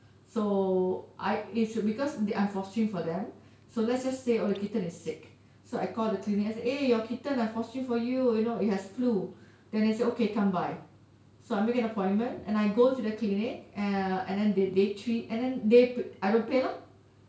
so I it's should because I'm fostering for them so let's just say oh the kitten is sick so I call the clinic and say eh your kitten I fostering for you you know it has flu then they say okay come by so I make an appointment and I go to the clinic and then they treat and then they I don't pay lor